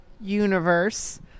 universe